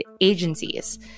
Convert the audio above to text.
agencies